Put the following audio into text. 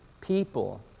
people